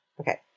Okay